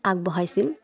আগবঢ়াইছিল